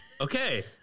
Okay